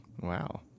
Wow